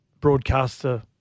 broadcaster